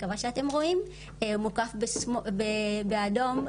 שמוקף באדום,